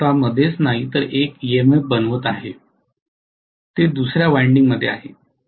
ते स्वत मध्येच नाही तर एक ईएमएफ बनवत आहे ते दुसर्या वायंडिंग मध्ये आहे